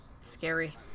scary